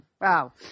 Wow